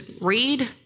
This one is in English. read